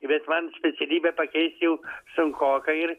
bet man specialybę pakeist jau sunkoka ir